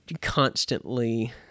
constantly